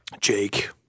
Jake